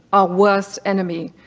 ah worst enemy,